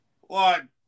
One